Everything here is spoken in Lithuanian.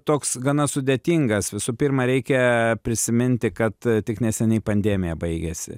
toks gana sudėtingas visų pirma reikia prisiminti kad tik neseniai pandemija baigėsi